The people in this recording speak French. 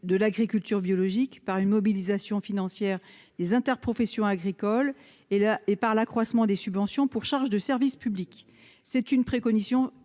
de l'agriculture biologique par une mobilisation financière les interprofessions agricoles et la et par l'accroissement des subventions pour charges de service public, c'est une préconisation